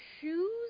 shoes